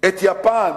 את יפן,